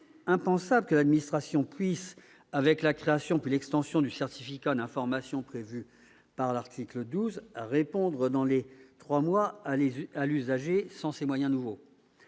impensable que l'administration puisse, avec la création puis l'extension du certificat d'information prévues à l'article 12, répondre dans les trois mois à l'usager sans ces moyens nouveaux.